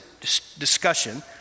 discussion